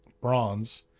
bronze